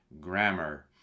grammar